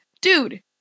dude